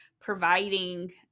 providing